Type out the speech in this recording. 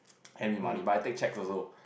hand me money by paycheck also